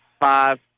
five